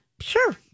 sure